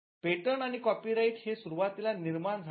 patent आणि copyright हे सुरुवातीला निर्माण झालेत